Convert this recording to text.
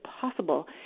possible